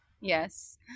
Yes